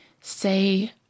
say